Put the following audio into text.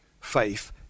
faith